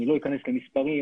אני לא אכנס למספרים,